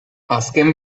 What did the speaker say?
azken